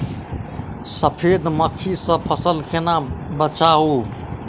सफेद मक्खी सँ फसल केना बचाऊ?